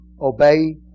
obey